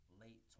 late